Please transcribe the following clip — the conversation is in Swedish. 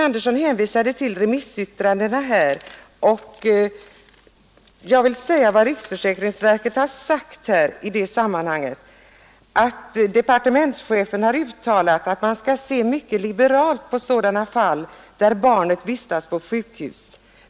jag vill framhålla att riksförsäkringsverket har sagt i sitt remissyttrande att departementschefen har uttalat att man skall se mycket liberalt på sådana fall där barnet vistas på sjukhus.